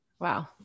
Wow